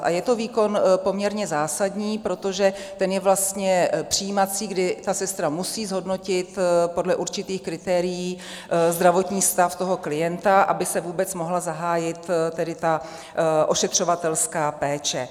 A je to výkon poměrně zásadní, protože ten je vlastně přijímací, kdy ta sestra musí zhodnotit podle určitých kritérií zdravotní stav toho klienta, aby se vůbec mohla zahájit tedy ta ošetřovatelská péče.